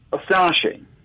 astonishing